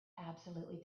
absolutely